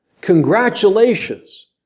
congratulations